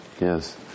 yes